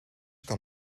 kan